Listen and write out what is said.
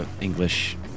English